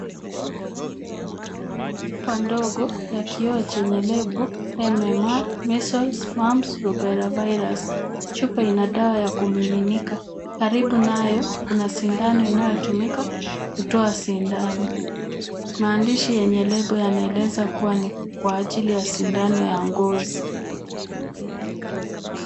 Chupa ndogo ya kioo chenye label MMR measles, mumps, rubella virus .Chupa ina dawa ya kumiminika. Karibu nayo kuna sindano inayotumika kutoa sindano. Maandishi yenye label yanaeleza kuwa ni kwa ajili ya sindano ya ngozi.